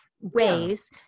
ways